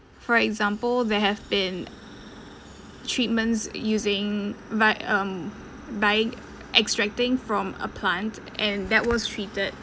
for example they have been treatments using by um by extracting from a plant and that was treated